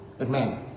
Amen